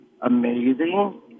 amazing